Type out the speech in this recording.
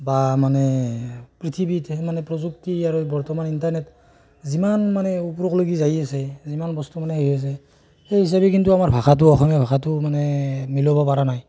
বা মানে পৃথিৱীতে মানে প্ৰযুক্তি আৰু বৰ্তমান ইণ্টাৰনেট যিমান মানে ওপৰলৈকে যায় আছে যিমান বস্তু মানে সেই হৈছে সেই হিচাপে কিন্তু আমাৰ ভাষাটো অসমীয়া ভাষাটো মানে মিলাব পৰা নাই